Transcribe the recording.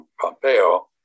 Pompeo